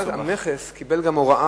ואז המכס קיבל גם הוראה